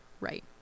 Right